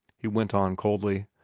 he went on coldly.